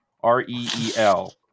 R-E-E-L